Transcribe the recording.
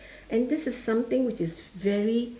and this is something which is very